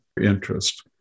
interest